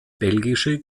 belgische